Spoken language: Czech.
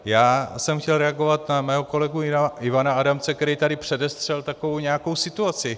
Já jsem chtěl reagovat na svého kolegu Ivana Adamce, který tady předestřel takovou nějakou situaci.